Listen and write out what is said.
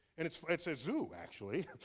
and it's it's a zoo, actually.